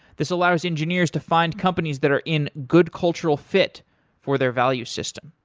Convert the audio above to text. this allows engineers to find companies that are in good cultural fit for their value system.